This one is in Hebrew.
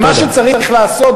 ומה שצריך לעשות,